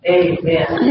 amen